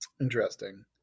Interesting